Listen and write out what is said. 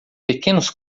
pequenos